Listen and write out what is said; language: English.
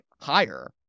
higher